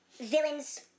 villains